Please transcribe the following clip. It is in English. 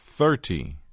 Thirty